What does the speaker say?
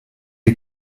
est